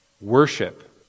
worship